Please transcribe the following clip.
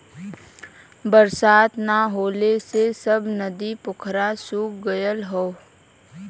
बरसात ना होले से सब नदी पोखरा सूख गयल हौ